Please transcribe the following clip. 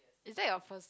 is that your first